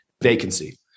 vacancy